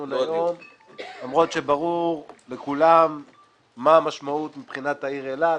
למרות שברור לכולם מה המשמעות מבחינת העיר אילת.